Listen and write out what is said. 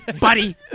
Buddy